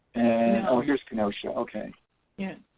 you know here's kenosha okay yeah.